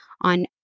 On